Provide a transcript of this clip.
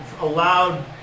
allowed